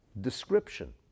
description